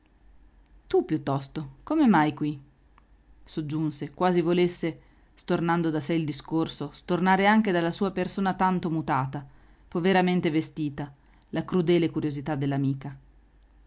tu piuttosto come mai qui soggiunse quasi volesse stornando da sé il discorso stornare anche dalla sua persona tanto mutata poveramente vestita la crudele curiosità